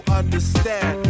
understand